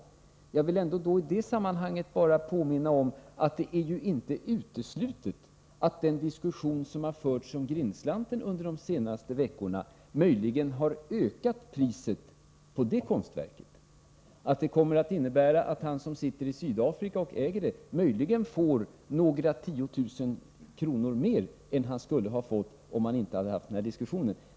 Men jag vill i det sammanhanget påminna om att det inte är uteslutet att den diskussion som har förts om Grindslanten under de senaste veckorna möjligen har ökat priset på det konstverket. Den diskussionen kan komma att innebära att han som sitter i Sydafrika och äger konstverket möjligen får några tio tusen kronor mer än han skulle ha fått om den inte förts.